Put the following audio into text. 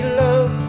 love